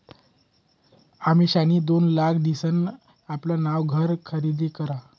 अमिषानी दोन लाख दिसन आपलं नवं घर खरीदी करं